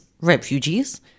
refugees